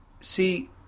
see